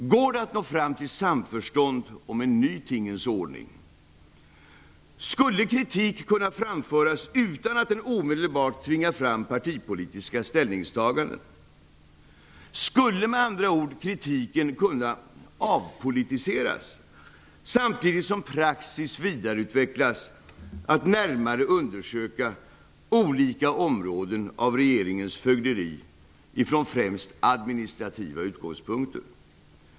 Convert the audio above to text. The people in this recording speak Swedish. Går det att nå fram till samförstånd om en ny tingens ordning? Skulle kritik kunna framföras utan att den omedelbart tvingar fram partipolitiska ställningstaganden? Skulle med andra ord kritiken kunna avpolitiseras, samtidigt som praxis vidareutvecklas att närmare undersöka olika områden av regeringens fögderi från främst administrativa utgångspunkter?